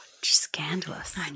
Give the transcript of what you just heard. scandalous